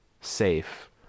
safe